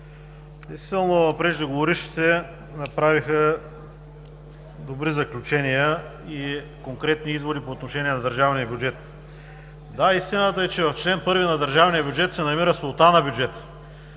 Действително преждеговорившите направиха добри заключения и конкретни изводи по отношение на държавния бюджет. Да истината е, че в чл. 1 на държавния бюджет се намира солта на бюджета.